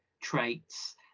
traits